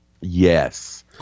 Yes